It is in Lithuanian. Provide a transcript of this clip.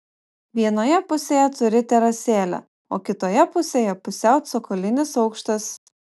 vienoje pusėje turi terasėlę o kitoje pusėje pusiau cokolinis aukštas